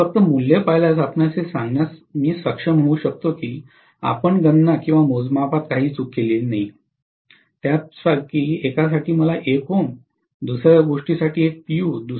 म्हणूनच फक्त मूल्ये पाहिल्यास आपण हे सांगण्यास सक्षम होऊ शकता की आपण गणना किंवा मोजमापात काही चूक केली आहे की नाही त्यापैकी एकासाठी मला 1 Ω दुसर्या गोष्टीसाठी 1 p